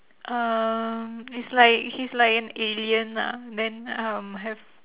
um it's like he's like an alien ah then um have